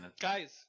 guys